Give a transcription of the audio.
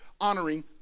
honoring